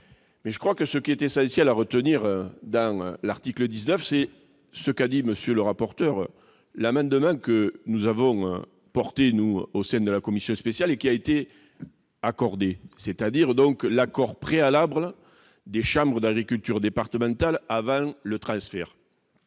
mais je crois que ce qui est essentiel à retenir dans l'article 19, c'est ce qu'a dit monsieur le rapporteur, l'amendement que nous avons au moins nous au sein de la commission spéciale et qui a été accordé, c'est-à-dire donc l'accord préalable des chambres d'agriculture départementale avant le transfert,